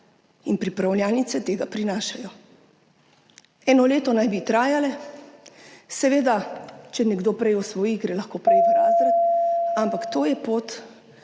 in pripravljalnice tega prinašajo. Eno leto naj bi trajale, seveda, če nekdo prej osvoji, gre lahko prej v razred, ampak to je pot,